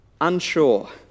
Unsure